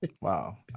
Wow